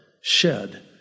shed